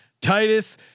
Titus